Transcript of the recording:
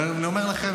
ואני אומר לכם,